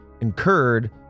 incurred